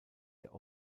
der